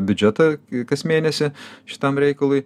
biudžetą kas mėnesį šitam reikalui